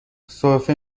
سرفه